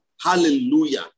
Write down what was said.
Hallelujah